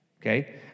okay